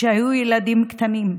כשהיו ילדים קטנים,